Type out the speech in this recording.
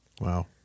Wow